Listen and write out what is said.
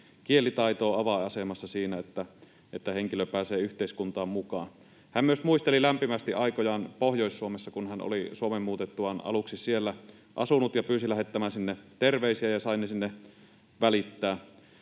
Kielitaito on avainasemassa siinä, että henkilö pääsee yhteiskuntaan mukaan. Hän myös muisteli lämpimästi aikojaan Pohjois-Suomessa, kun hän oli Suomeen muutettuaan aluksi siellä asunut, ja pyysi lähettämään sinne terveisiä — ja sain ne sinne välittää.